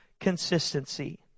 consistency